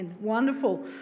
Wonderful